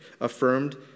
affirmed